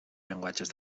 llenguatges